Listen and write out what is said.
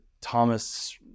Thomas